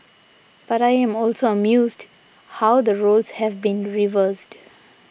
but I am also amused how the roles have been reversed